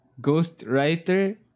ghostwriter